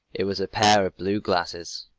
it was a pair of blue glasses!